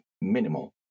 minimal